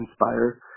inspire